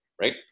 right